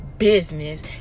business